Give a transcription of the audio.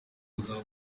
bazaba